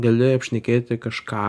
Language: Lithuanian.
gali apšnekėti kažką